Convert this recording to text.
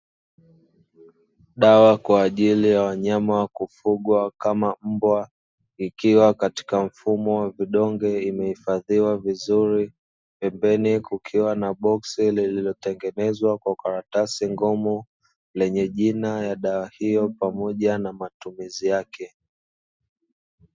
Dawa kwa ajili ya wanyama wa kufugwa kama mbwa, ikiwa katika mfumo wa vidonge imehifadhiwa vizuri. Pembeni kukiwa na boksi lililotengenezwa kwa karatasi ngumu lenye jina ya dawa hiyo pamoja na matumizi yake.